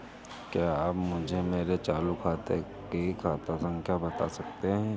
क्या आप मुझे मेरे चालू खाते की खाता संख्या बता सकते हैं?